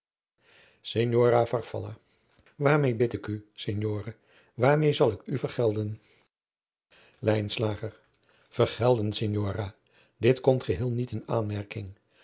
farfalla waarmeê bid ik u signore waarmeê zal ik u vergelden lijnslager vergelden signora dit komt geheel niet in aanmerking